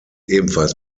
ebenfalls